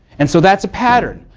and so that's a pattern.